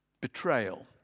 Betrayal